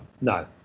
no